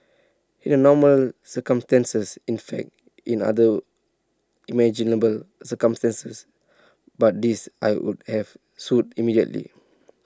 in A normal circumstances in fact in other imaginable circumstances but this I would have sued immediately